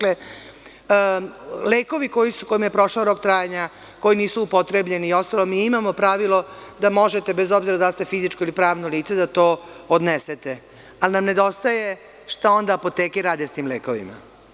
Lekovi kojima je prošao rok trajanja, koji nisu upotrebljeni i ostalo, mi imamo pravilo da možete, bez obzira da li ste fizičko ili pravno lice, da to odnesete, ali nam nedostaje šta onda apoteke rade sa tim lekovima.